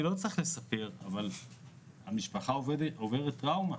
אני לא צריך לספר שהמשפחה עוברת טראומה.